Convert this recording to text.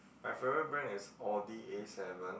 my favorite brand is Audi A seven